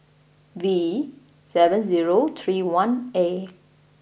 V seven zero three one A